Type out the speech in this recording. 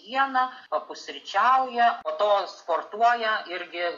diena papusryčiauja po to sportuoja irgi